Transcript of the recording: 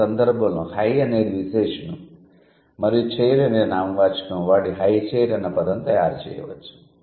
ఈ సందర్భంలో హై అనేది విశేషణం మరియు చెయిర్ అనే నామవాచకం వాడి హై చెయిర్ అన్న పదం తయారు చేయవచ్చు